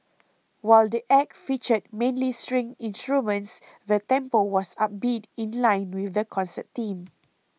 while the Act featured mainly string instruments the tempo was upbeat in line with the concert theme